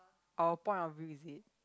our point of view is it